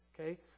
okay